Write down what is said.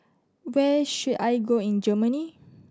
where should I go in Germany